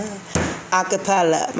Acapella